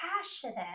passionate